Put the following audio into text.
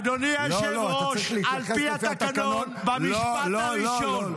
אדוני היושב-ראש, על פי התקנות -- לא, לא,